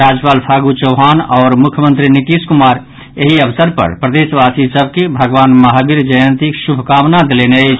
राज्यपाल फागू चौहान आओर मुख्यमंत्री नीतीश कुमार एहि अवसर पर प्रदेशवासी सभ के भगवान महावीर जयंतीक शुभकामना देलनि अछि